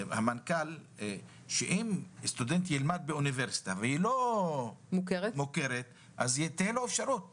אם סטודנט ילמד באוניברסיטה לא מוכרת תהיה לו אפשרות